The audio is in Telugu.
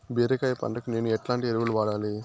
బీరకాయ పంటకు నేను ఎట్లాంటి ఎరువులు వాడాలి?